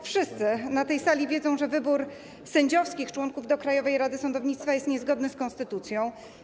Wszyscy na tej sali wiedzą, że wybór sędziowskich członków do Krajowej Rady Sądownictwa jest niezgodny z konstytucją.